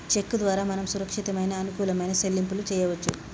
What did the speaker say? చెక్కు ద్వారా మనం సురక్షితమైన అనుకూలమైన సెల్లింపులు చేయవచ్చు